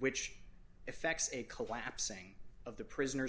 which effects a collapsing of the prisoner